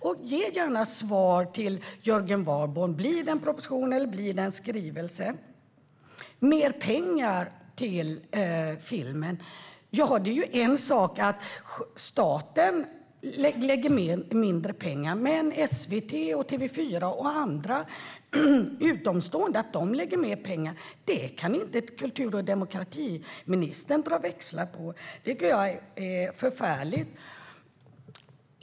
Och ge gärna svar till Jörgen Warborn på hans fråga om det blir det en proposition eller en skrivelse! När det gäller mer pengar till film är det en sak att staten lägger ned mindre pengar medan SVT, TV4 och andra utomstående lägger ned mer pengar, men det kan inte kultur och demokratiministern dra växlar på. Det tycker jag är förfärligt.